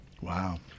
Wow